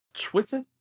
Twitter